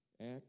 Act